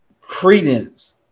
credence